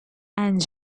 and